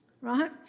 right